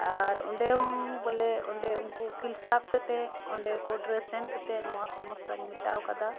ᱟᱨ ᱚᱸᱰᱮᱦᱚᱸ ᱵᱚᱞᱮ ᱚᱰᱮ ᱩᱱᱠᱩ ᱩᱠᱤᱞ ᱥᱟᱵ ᱠᱟᱛᱮ ᱚᱰᱮ ᱠᱳᱴ ᱨᱮ ᱥᱮᱱ ᱠᱟᱛᱮ ᱱᱚᱣᱟ ᱥᱚᱢᱚᱥᱥᱟᱧ ᱢᱮᱴᱟᱣ ᱟᱠᱟᱫᱟ